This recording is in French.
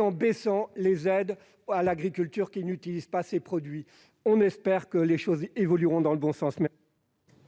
en baissant les aides à l'agriculture qui n'utilisent pas ces produits. Nous espérons que les choses évolueront dans le bon sens